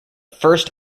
first